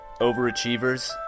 Overachievers